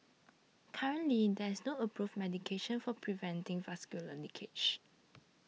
currently there is no approved medication for preventing vascular leakage